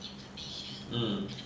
mm